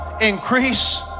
increase